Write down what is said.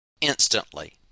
instantly